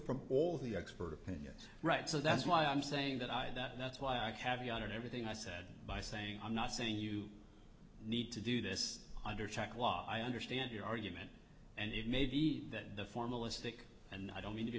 from all the expert opinions right so that's why i'm saying that i that that's why i act have you done everything i said by saying i'm not saying you need to do this under check law i understand your argument and it may be that the formalistic and i don't mean to be